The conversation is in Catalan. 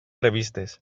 revistes